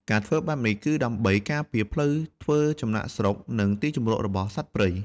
ការធ្វើបែបនេះ គឺដើម្បីការពារផ្លូវធ្វើចំណាកស្រុក និងទីជម្រករបស់សត្វព្រៃ។